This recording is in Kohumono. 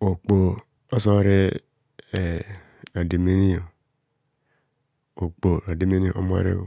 Okpoho oso reerademene okpoho rademene omorebh